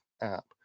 app